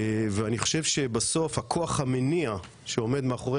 ואני חושב שבסוף הכוח המניע שעומד מאחורי